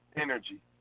energy